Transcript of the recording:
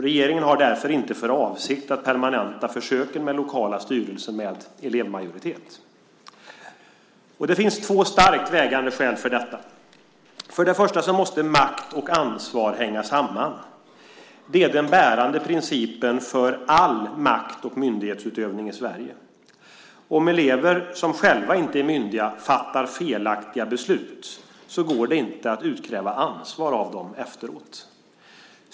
Regeringen har därför inte för avsikt att permanenta försöken med lokala styrelser med elevmajoritet. Det finns två starkt vägande skäl för detta. För det första måste makt och ansvar hänga samman. Det är den bärande principen för all makt och myndighetsutövning i Sverige. Om elever, som själva inte är myndiga, fattar felaktiga beslut går det inte att utkräva ansvar av dem efteråt.